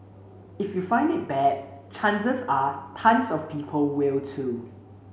if you find it bad chances are tons of people will too